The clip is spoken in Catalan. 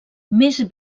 més